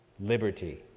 liberty